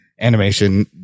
animation